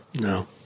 No